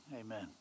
Amen